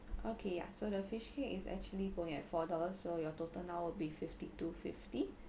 okay yeah so the fishcake is actually going at four dollar so your total now would be fifty two fifty